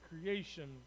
creation